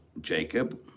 Jacob